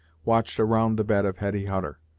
watched around the bed of hetty hutter.